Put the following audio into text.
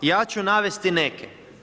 Ja ću navesti neke.